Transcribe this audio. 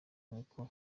kuko